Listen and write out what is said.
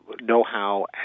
know-how